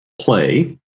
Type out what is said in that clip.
play